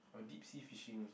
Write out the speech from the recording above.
or deep sea fishing also